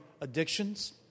addictions